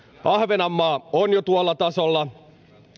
ahvenanmaa on jo tuolla tasolla